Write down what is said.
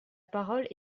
parole